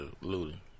looting